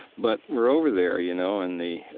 but we're over there, you know, and the, it